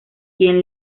quien